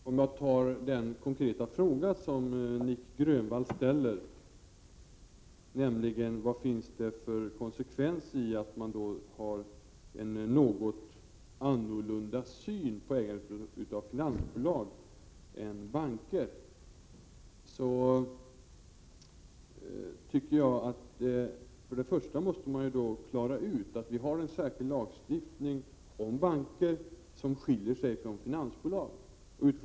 Herr talman! Låt mig ta upp den konkreta fråga som Nic Grönvall ställer, nämligen om vad det finns för konsekvens i att ha en något annorlunda syn på ägandet av finansbolag än på ägandet av banker. Först och främst måste man klara ut att vi har en särskild lagstiftning om banker som skiljer sig från vad som gäller för finansbolag.